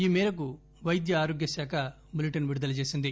ఈ మేరకు వైద్యఆరోగ్యశాఖ బులెటిన్ విడుదల చేసింది